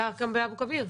היה גם באבו כביר.